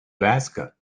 alaska